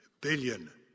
billion